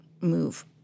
move